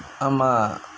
ஆமா:aamaa